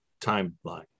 timeline